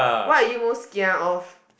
what are you most kia of